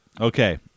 Okay